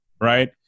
right